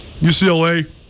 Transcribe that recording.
UCLA